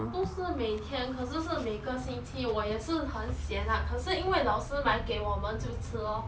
不是每天可是是每一个星期我也是很 sian lah 可是因为老师买给我们就吃 lor